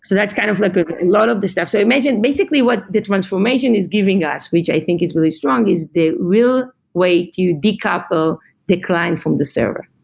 so that's kind of like a lot of the steps. basically, what the transformation is giving us, which i think is really strong, is the real way to decouple the client from the server.